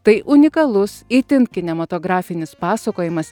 tai unikalus itin kinematografinis pasakojimas